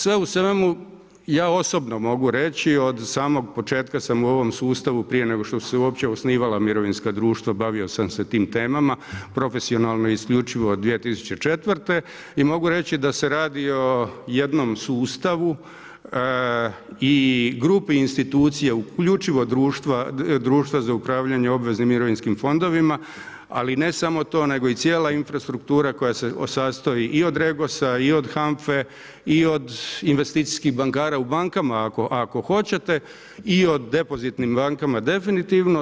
Sve u svemu ja osobno mogu reći od samog početka sam u ovom sustavu prije nego što su se uopće osnivala mirovinska društva, bavio sam se tim temama, profesionalno i isključivo od 2004. i mogu reći da se radi o jednom sustavu i grupi institucija, uključivo društva za upravljanje obveznim mirovinskim fondovima ali ne samo to nego i cijela infrastruktura koja se sastoji i od REGOS-a i od HANFA-e i od investicijskih bankara u bankama ako hoćete i o depozitnim bankama definitivno.